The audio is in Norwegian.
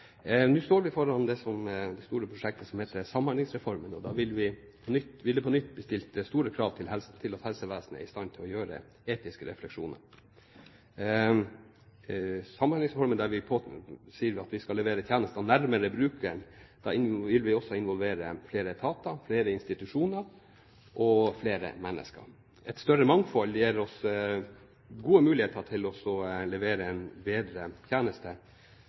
Nå står vi foran det store prosjektet som heter Samhandlingsreformen, og da vil det på nytt bli stilt store krav til at helsevesenet er i stand til å gjøre etiske refleksjoner. I Samhandlingsreformen sies det at tjenestene skal leveres nærmere brukeren. Da vil vi også involvere flere etater, institusjoner og mennesker. Et større mangfold gir oss gode muligheter til å levere en bedre tjeneste.